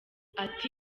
ati